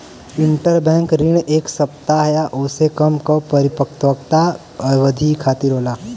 interbank ऋण एक सप्ताह या ओसे कम क परिपक्वता अवधि खातिर होला